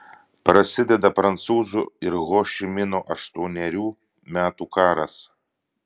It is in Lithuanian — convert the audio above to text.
prasideda prancūzų ir ho ši mino aštuonerių metų karas